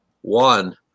One